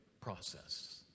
process